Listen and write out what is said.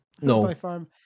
No